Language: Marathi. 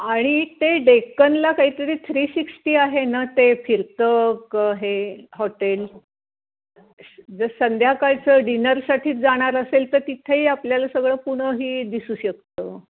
आणि ते डेक्कनला काहीतरी थ्री सिक्स्टी आहे ना ते फिरतं क हे हॉटेल जर संध्याकाळचं डिनरसाठीच जाणार असेल तर तिथेही आपल्याला सगळं पुणंही दिसू शकतं